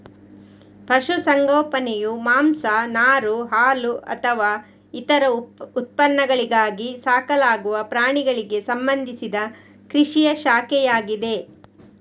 ಪಶು ಸಂಗೋಪನೆಯು ಮಾಂಸ, ನಾರು, ಹಾಲುಅಥವಾ ಇತರ ಉತ್ಪನ್ನಗಳಿಗಾಗಿ ಸಾಕಲಾಗುವ ಪ್ರಾಣಿಗಳಿಗೆ ಸಂಬಂಧಿಸಿದ ಕೃಷಿಯ ಶಾಖೆಯಾಗಿದೆ